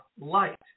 light